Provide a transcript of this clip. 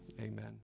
amen